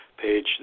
page